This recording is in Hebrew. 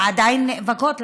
ועדיין אנו נאבקות,